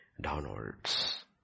Downwards